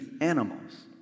animals